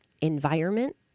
environment